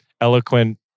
eloquent